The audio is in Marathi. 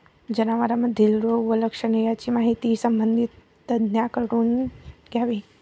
जनावरांमधील रोग व लक्षणे यांची माहिती संबंधित तज्ज्ञांकडून घ्यावी